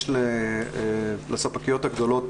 יש לספקיות הגדולות,